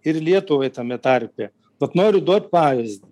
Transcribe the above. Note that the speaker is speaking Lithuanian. ir lietuvai tame tarpe vat noriu duot pavyzdį